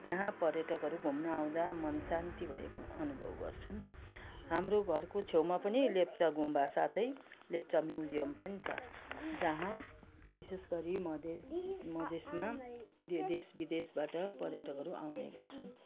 त्यहाँ पर्यटकहरू घुम्न आउँदा मन शान्ति भएको अनुभव गर्छन् हाम्रो घरको छेउमा पनि लेप्चा गुम्बा साथै लेप्चा म्युजियम पनि छ जहाँ विशेष गरी मधेस मधेसमा यो देश विदेशबाट पर्यटकहरू आउने गर्छन